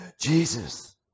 Jesus